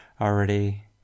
already